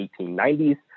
1890s